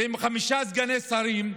עם חמישה סגני שרים,